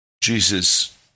Jesus